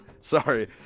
Sorry